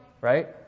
right